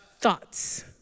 thoughts